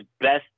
best